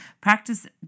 Practice